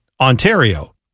Ontario